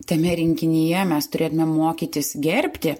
tame rinkinyje mes turėtumėm mokytis gerbti